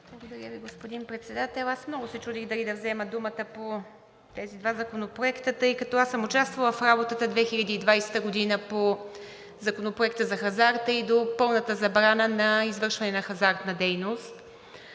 Благодаря Ви, господин Председател. Аз много се чудих дали да взема думата по тези два законопроекта, тъй като съм участвала в работата 2020 г. по Законопроекта за хазарта и до пълната забрана на извършване на хазартна дейност.